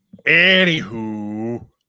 anywho